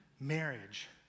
marriage